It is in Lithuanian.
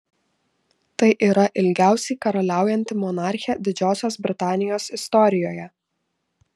tai yra ilgiausiai karaliaujanti monarchė didžiosios britanijos istorijoje